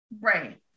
Right